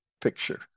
picture